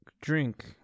drink